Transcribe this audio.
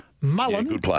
Mullen